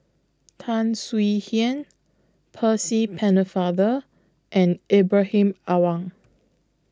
Tan Swie Hian Percy Pennefather and Ibrahim Awang